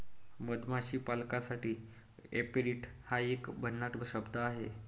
मधमाशी पालकासाठी ऍपेरिट हा एक भन्नाट शब्द आहे